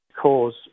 cause